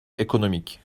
ekonomik